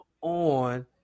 on